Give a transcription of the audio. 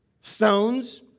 Stones